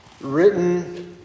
written